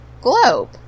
globe